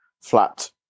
flat